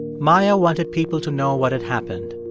maia wanted people to know what had happened.